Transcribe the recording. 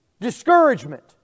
discouragement